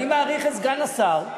אני מעריך את סגן השר,